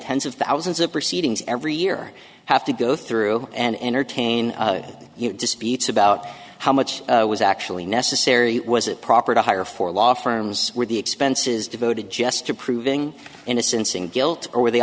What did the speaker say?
tens of thousands of proceedings every year have to go through and entertain disputes about how much was actually necessary was it proper to hire four law firms where the expenses devoted just to proving innocence and guilt or